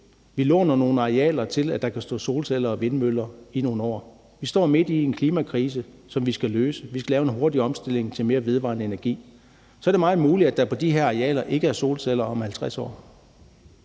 Vi låner nogle arealer, til at der kan stå solceller og vindmøller i nogle år. Vi står midt i en klimakrise, som vi skal løse; vi skal lave en hurtig omstilling til mere vedvarende energi. Så er det meget muligt, at der på de her arealer ikke er solceller om 50 år.